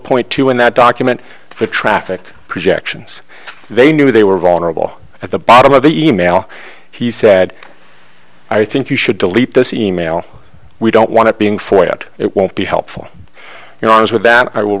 point two in that document for traffic projections they knew they were vulnerable at the bottom of the email he said i think you should delete this email we don't want to being forced out it won't be helpful you know i was with them i will